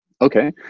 Okay